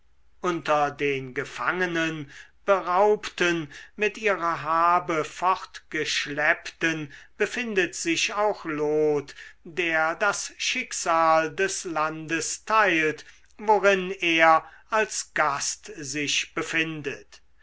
unter den gefangenen beraubten mit ihrer habe fortgeschleppten befindet sich auch lot der das schicksal des landes teilt worin er als gast sich befindet